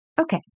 Okay